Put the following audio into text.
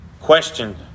questioned